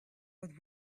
was